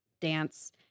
dance